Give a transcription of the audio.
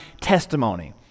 testimony